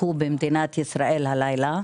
נרצחו במדינת ישראל הלילה.